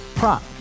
Prop